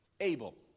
able